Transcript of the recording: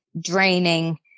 draining